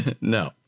No